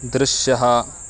दृश्यः